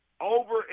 over